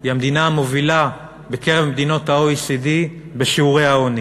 היא כבר המדינה המובילה בקרב מדינות ה-OECD בשיעורי העוני.